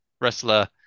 wrestler